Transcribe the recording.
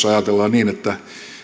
ajatellaan niin että